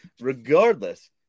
Regardless